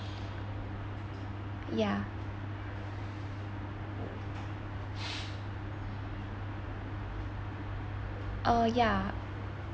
yeah uh yeah